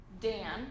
Dan